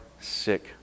sick